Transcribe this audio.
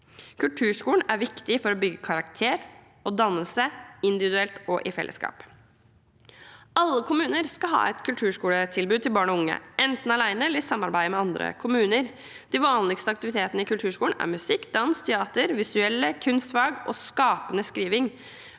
Kulturskolene er viktige for å bygge karakter og dannelse individuelt og i fellesskap. Alle kommuner skal ha et kulturskoletilbud til barn og unge, enten alene eller i samarbeid med andre kommuner. De vanligste aktivitetene i kulturskolen er musikk, dans, teater, visuelle kunstfag og skapende skriving.